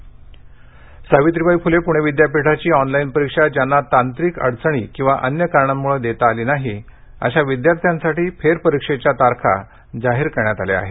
फेरपरिक्षा सावित्रीबाई फुले पूणे विद्यापीठाची ऑनलाइन परीक्षा ज्यांना तांत्रिक अडचणी किंवा अन्य कारणांमुळे देता आली नाही अशा विद्यार्थ्यांसाठी फेरपरीक्षेच्या तारखा जाहीर केल्या आहेत